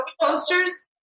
posters